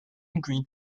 agreed